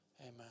Amen